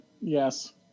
Yes